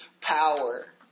power